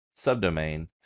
subdomain